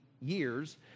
years